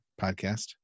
podcast